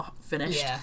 finished